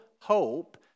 hope